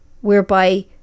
whereby